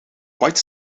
white